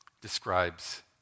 describes